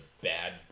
bad